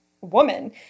woman